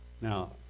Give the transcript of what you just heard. now